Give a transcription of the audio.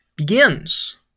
Begins